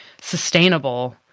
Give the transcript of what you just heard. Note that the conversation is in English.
sustainable